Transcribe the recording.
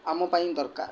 ଆମ ପାଇଁ ଦରକାର